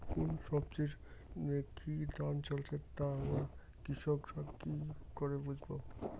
কোন সব্জির কি দাম চলছে তা আমরা কৃষক রা কি করে বুঝবো?